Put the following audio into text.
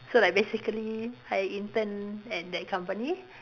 so like basically I intern at that company